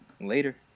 Later